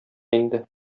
инде